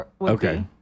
Okay